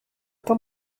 tam